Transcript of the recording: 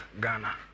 Ghana